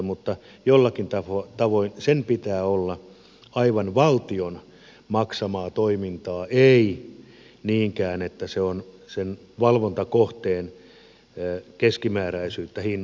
mutta jollakin tavoin sen pitää olla aivan valtion maksamaa toimintaa ei niinkään että se on sen valvontakohteen keskimääräisyyttä hinnoitteleva